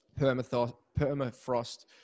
permafrost